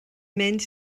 mynd